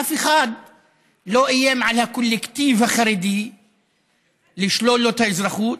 ואף אחד לא איים על הקולקטיב החרדי לשלול לו את האזרחות,